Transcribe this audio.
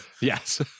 Yes